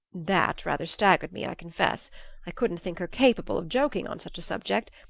that rather staggered me, i confess i couldn't think her capable of joking on such a subject,